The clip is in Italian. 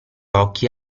occhi